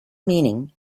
meaning